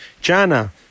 Jana